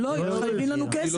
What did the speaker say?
לא, הם חייבים לנו כסף.